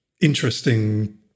interesting